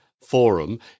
Forum